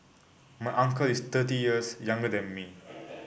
my uncle is thirty years younger than me